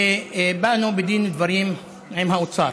ובאנו בדין ודברים עם האוצר.